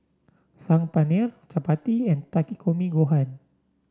Saag Paneer Chapati and Takikomi Gohan